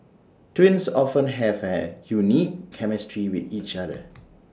twins often have A unique chemistry with each other